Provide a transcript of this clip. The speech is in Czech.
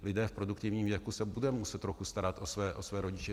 Lidé v produktivním věku se budou muset trochu starat o své rodiče.